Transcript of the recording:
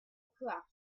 craft